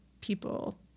people